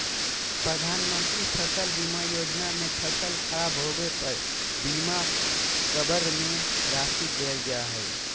प्रधानमंत्री फसल बीमा योजना में फसल खराब होबे पर बीमा कवर में राशि देल जा हइ